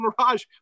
mirage